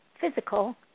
physical